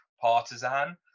partisan